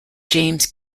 james